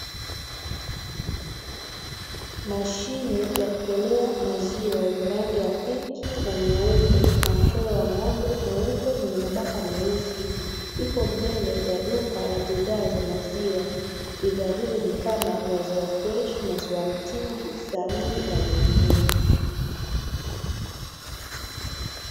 Mashine ya kutolea maziwa yenye rangi ya pinki na nyeupe na mchoro wa ng'ombe mweupe mwenye mabaka meusi, ipo mbele ya duka la bidhaa za maziwa bidhaa hizo ni kama: maziwa freshi, maziwa mtindi, samli na mengineyo